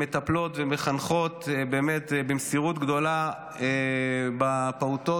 מחנכות ומטפלות במסירות גדולה בפעוטות,